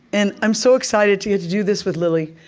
and i'm so excited to get to do this with lily.